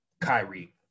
Kyrie